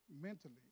mentally